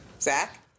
Zach